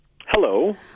Hello